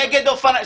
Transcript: -- נגד אופניים.